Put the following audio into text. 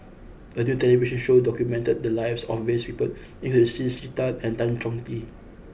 a new television show documented the lives of various people including C C Tan and Tan Chong Tee